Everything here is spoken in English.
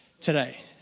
today